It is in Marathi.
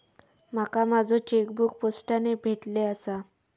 माका माझो चेकबुक पोस्टाने भेटले आसा